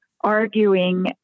arguing